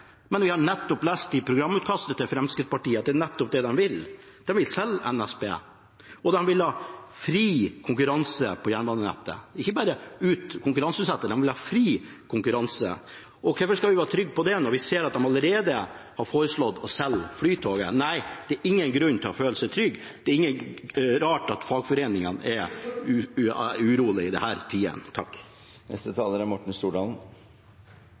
men vi har nettopp lest i Fremskrittspartiets programutkast at det er nettopp det de vil. De vil selge NSB, og de vil ha fri konkurranse på jernbanenettet. De vil ikke bare konkurranseutsette, de vil ha fri konkurranse, og hvorfor skal vi være trygge på det når vi ser at de allerede har foreslått å selge Flytoget? Nei, det er ingen grunn til å føle seg trygg. Det er ikke rart at fagforeningene er urolige i disse tider. Det